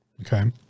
Okay